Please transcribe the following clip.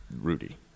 Rudy